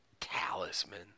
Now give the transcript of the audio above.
Talisman